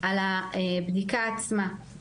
על הבדיקה עצמה,